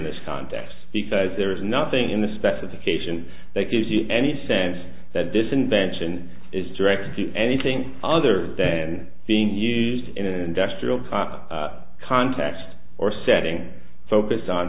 this contest because there is nothing in the specification that gives you any sense that this invention is directed to anything other than being used in an industrial park context or setting focus on